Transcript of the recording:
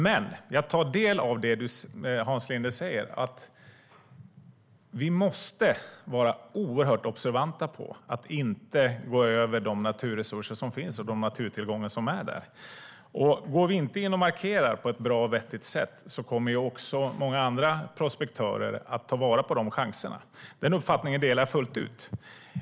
Men jag tar del av det Hans Linde säger, nämligen att vi måste vara oerhört observanta på att inte gå över de naturresurser och naturtillgångar som finns där. Går vi inte in och markerar på ett bra och vettigt sätt kommer också många andra prospektörer att ta vara på de chanserna. Den uppfattningen delar jag fullt ut.